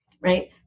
right